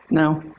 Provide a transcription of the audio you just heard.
no?